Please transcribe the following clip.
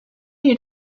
you